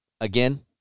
Again